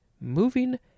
moving